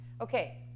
Okay